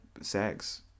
sex